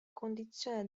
condizione